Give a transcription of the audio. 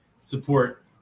support